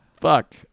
Fuck